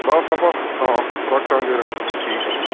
ਬਸ ਆਪਾਂ ਹਾਂ ਰੱਖਾਂਗੇ ਰੱਖਾਂਗੇ ਠੀਕ ਆ ਜੀ